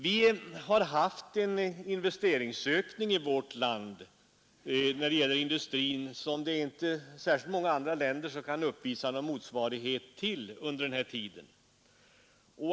Vi har haft en investeringsökning inom svensk industri som inte särskilt många andra länder kan uppvisa någon motsvarighet till under den här tiden.